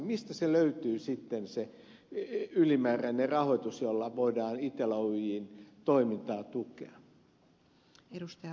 mistä se löytyy sitten se ylimääräinen rahoitus jolla voidaan itella oyjn toimintaa tukea